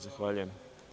Zahvaljujem.